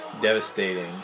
Devastating